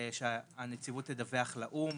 שהנציבות תדווח לאו"ם